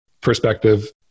perspective